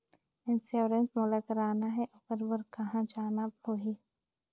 Insurance मोला कराना हे ओकर बार कहा जाना होही?